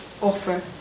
offer